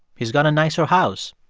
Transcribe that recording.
he's got a nicer house,